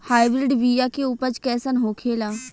Hybrid बीया के उपज कैसन होखे ला?